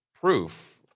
proof